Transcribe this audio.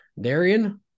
Darian